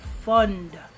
Fund